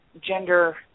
gender –